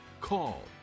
call